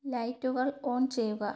ലൈറ്റുകൾ ഓൺ ചെയ്യുക